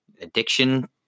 addiction